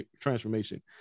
transformation